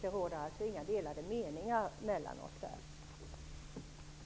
Det råder alltså inga delade meningar mellan oss där.